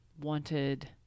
wanted